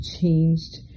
changed